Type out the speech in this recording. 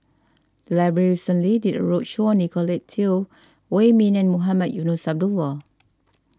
the library recently did a roadshow on Nicolette Teo Wei Min and Mohamed Eunos Abdullah